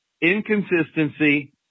inconsistency